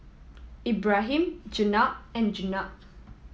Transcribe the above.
Ibrahim Jenab and Jenab